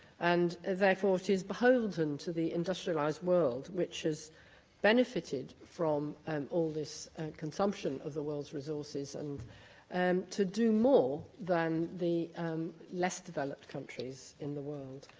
and ah therefore it is beholden on the industrialised world, which has benefited from um all this consumption of the world's resources, and and to do more than the less developed countries in the world.